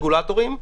רגולטורים,